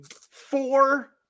four